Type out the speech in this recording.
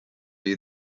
you